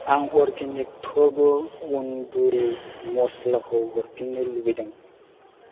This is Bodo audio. आं अर्गेनिक तव' अन्दुरि मस्लाखौ हरफिन्नो लुबैदों